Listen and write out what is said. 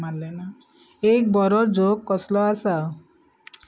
मारलें ना एक बरो जोक कसलो आसा